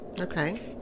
okay